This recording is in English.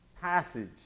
passage